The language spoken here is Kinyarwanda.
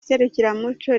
serukiramuco